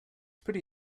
pretty